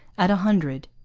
at a hundred.